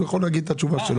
הוא יכול להגיד את התשובה שלו.